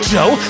Joe